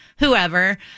Whoever